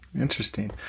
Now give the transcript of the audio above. interesting